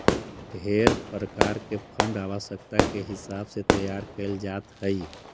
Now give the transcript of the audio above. ढेर प्रकार के फंड आवश्यकता के हिसाब से तैयार कैल जात हई